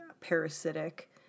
parasitic